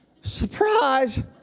Surprise